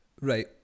Right